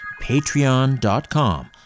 Patreon.com